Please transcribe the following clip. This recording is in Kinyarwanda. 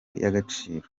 y’agaciro